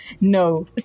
No